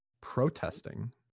protesting